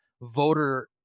voter